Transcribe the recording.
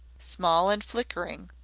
small and flickering,